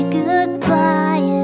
goodbye